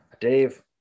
dave